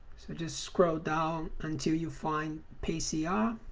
so just scroll down until you find pcr